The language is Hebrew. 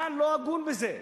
מה לא הגון בזה?